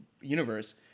universe